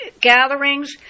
gatherings